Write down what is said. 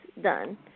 done